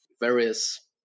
various